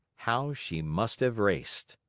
how she must have raced!